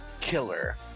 Killer